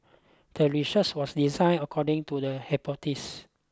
the research was designed according to the